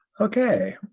Okay